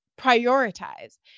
prioritize